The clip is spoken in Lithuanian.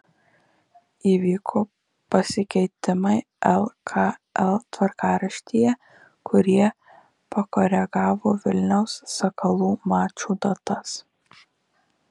įvyko pasikeitimai lkl tvarkaraštyje kurie pakoregavo vilniaus sakalų mačų datas